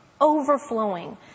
overflowing